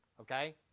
Okay